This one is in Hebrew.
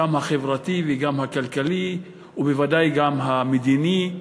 גם החברתי וגם הכלכלי ובוודאי גם המדיני.